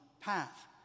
path